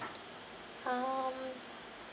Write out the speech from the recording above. um